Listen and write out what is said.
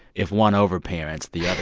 if one over-parents, the other